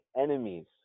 enemies